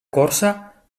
corsa